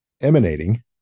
emanating